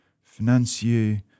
financier